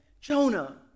Jonah